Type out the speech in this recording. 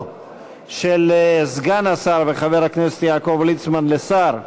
של סגן השר וחבר הכנסת יעקב ליצמן לשר.